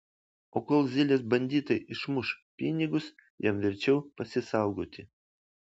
o kol zylės banditai išmuš pinigus jam verčiau pasisaugoti